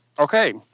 Okay